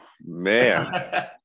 man